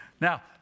Now